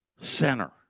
center